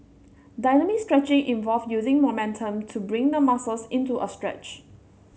dynamic stretching involve using momentum to bring the muscles into a stretch